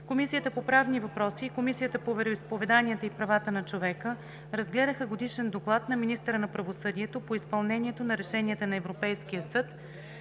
Комисията по правни въпроси и Комисията по вероизповеданията и правата на човека разгледаха Годишен доклад на министъра на правосъдието по изпълнението на решенията на Европейския съд